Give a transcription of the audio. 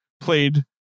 played